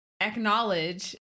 acknowledge